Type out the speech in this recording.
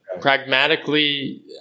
Pragmatically